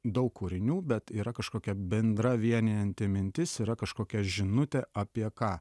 daug kūrinių bet yra kažkokia bendra vienijanti mintis yra kažkokia žinutė apie ką